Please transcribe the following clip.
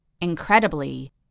Incredibly